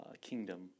kingdom